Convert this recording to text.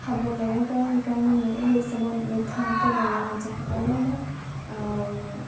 খাব লাগে তো সেইকাৰণে সেই হিচাপত মিঠাটো বনোৱা যায় আৰু আমাৰ